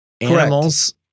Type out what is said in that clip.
Animals